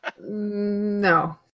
No